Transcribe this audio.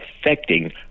affecting